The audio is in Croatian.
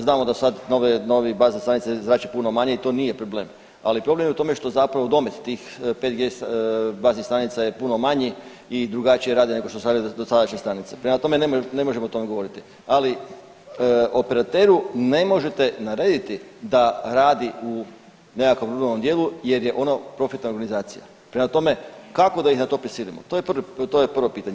Znamo dosad nove, novi bazne stanica zrače puno manje i to nije problem, ali problem je u tome što zapravo domet tih 5G baznih stanica je puno manji i drugačije rade nego dosadašnje stanice, prema tome ne možemo o tome govoriti, ali operateru ne možete narediti da radi u nekakvom ruralnom dijelu jer je ono profitna organizacija, prema tome kako da ih na to prisilimo, to je prvo pitanje.